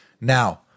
now